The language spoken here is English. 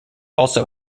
also